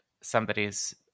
Somebody's